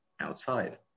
outside